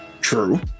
True